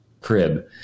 crib